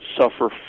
suffer